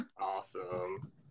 awesome